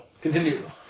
Continue